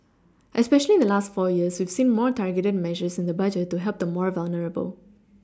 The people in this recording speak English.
especially in the last four years we've seen more targeted measures in the budget to help the more vulnerable